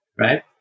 Right